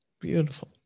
beautiful